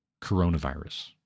coronavirus